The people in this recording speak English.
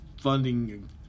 funding